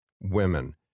women